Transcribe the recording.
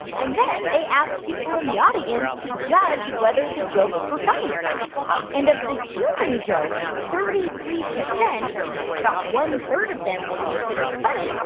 and then they asked people in the audience to judge whether the jokes were funny or not. and and of the human jokes, thirty three percent or about one-third of them were considered funny,